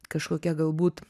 kažkokia galbūt